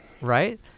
Right